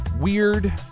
Weird